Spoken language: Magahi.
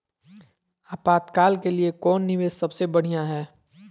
आपातकाल के लिए कौन निवेस सबसे बढ़िया है?